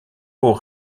haut